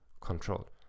controlled